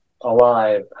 alive